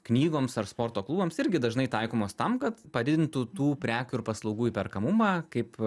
knygoms ar sporto klubams irgi dažnai taikomos tam kad padidintų tų prekių ir paslaugų įperkamumą kaip